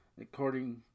according